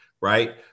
right